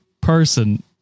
person